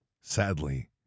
sadly